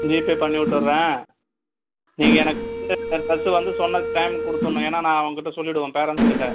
GPay பண்ணி விட்டுர்றேன் நீங்கள் எனக்கு வந்து டிரஸ் வந்து சொன்ன டைம்க்கு கொடுத்துர்ணும் ஏன்னால் நான் அவங்கக்கிட்ட சொல்லிவிடுவேன் பேரண்ட்ஸுக்கிட்ட